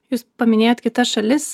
jūs paminėjot kitas šalis